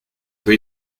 peu